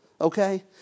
Okay